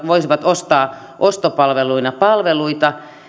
voisivat ostaa ostopalveluina palveluita